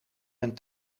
mijn